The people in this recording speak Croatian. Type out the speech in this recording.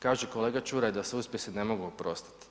Kaže kolega Čuraj da se uspjesi ne mogu oprostiti.